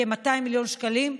כ-200 מיליון שקלים,